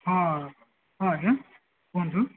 ହଁ ହଁ ଆଜ୍ଞା କୁହନ୍ତୁ